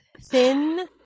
thin